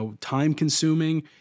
time-consuming